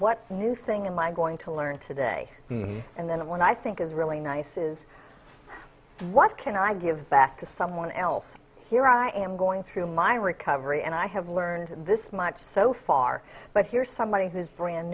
what new thing in my going to learn today and then when i think is really nice is what can i give back to someone else here i am going through my recovery and i have learned this much so far but here's somebody who's brand